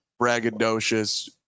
braggadocious